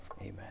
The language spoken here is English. Amen